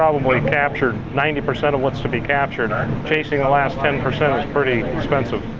probably captured ninety percent of what's to be captured. chasing the last ten percent is pretty expensive.